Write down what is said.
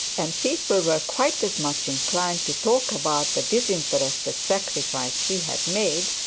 and people were quite as much inclined to talk about the disinterested sacrifice he had made,